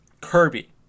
Kirby